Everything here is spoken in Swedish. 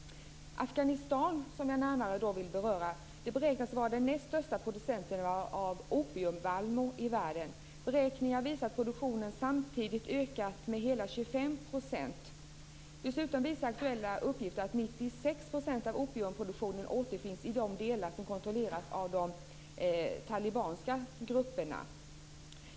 Afghanistan, som jag närmare vill beröra, beräknas vara den näst största producenten av opiumvallmo i världen. Beräkningar visar att produktionen ökat med hela 25 %. Dessutom visar aktuella uppgifter att 96 % av opiumproduktionen återfinns i de delar som kontrolleras av de talibanska grupperna.